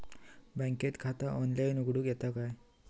बँकेत खाता ऑनलाइन उघडूक येता काय?